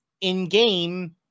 in-game